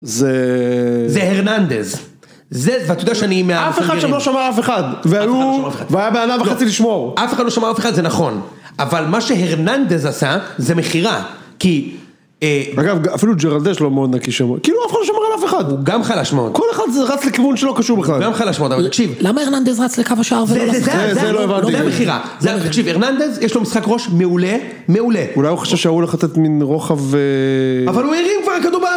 זה הרננדז. זה ואתה יודע שאני מהמסנגרים. אף אחד שם לא שמר אף אחד. והיה בן אדם וחצי לשמור. אף אחד לא שמר אף אחד זה נכון. אבל מה שהרננדז עשה זה מכירה. אגב אפילו ג'רננדז לא מאוד נקי שמור. כאילו אף אחד לא שמר על אף אחד. הוא גם חלש מאוד. כל אחד רץ לכיוון שלא קשור בכלל. למה הרננדז רץ לקו השער ולא לשחקן? זה המכירה. הרננדז יש לו משחק ראש מעולה. אולי הוא חושב שההוא הלך לתת מן רוחב. אבל הוא הרים כבר הכדור היה באוויר.